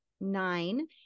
nine